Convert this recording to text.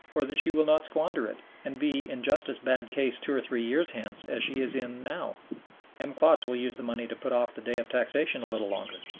or that she will not squander it and be in just as bad case two or three years hence as she is in now m. klotz will use the money to put off the day of taxation a little longer,